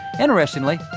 Interestingly